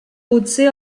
potser